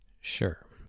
sure